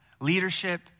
Leadership